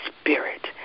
Spirit